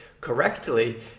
correctly